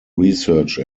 research